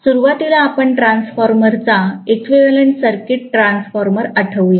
सुरवातीला आपण ट्रान्सफॉर्मर चा इक्विवैलेन्ट सर्किट ट्रान्सफॉर्मर आठवूया